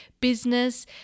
business